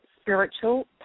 Spiritual